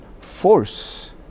force